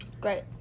Great